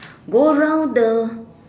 go round the